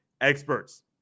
experts